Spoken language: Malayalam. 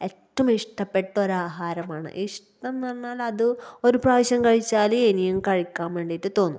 ഏറ്റവും ഇഷ്ടപ്പെട്ടോരാഹരമാണ് ഇഷ്ടമെന്ന് പറഞ്ഞാലത് ഒരു പ്രാവശ്യം കഴിച്ചാല് ഇനിയും കഴിക്കാൻ വേണ്ടിയിട്ട് തോന്നും